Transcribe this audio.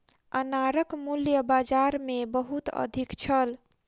अनारक मूल्य बाजार मे बहुत अधिक छल